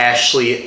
Ashley